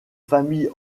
famille